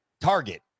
Target